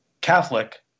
Catholic